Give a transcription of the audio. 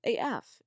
AF